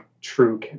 true